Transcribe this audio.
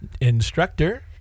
Instructor